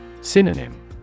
synonym